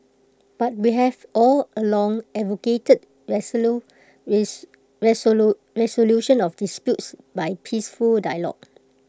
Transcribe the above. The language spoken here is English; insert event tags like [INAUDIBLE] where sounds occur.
but we have all along advocated [UNINTELLIGIBLE] [UNINTELLIGIBLE] resolution of disputes by peaceful dialogue